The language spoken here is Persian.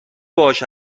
باهاش